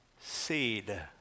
seed